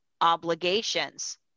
obligations